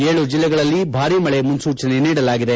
ಏಳು ಜಿಲ್ಲೆಗಳಲ್ಲಿ ಭಾರಿ ಮಳೆ ಮುನ್ನೂಚನೆ ನೀಡಲಾಗಿದೆ